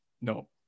no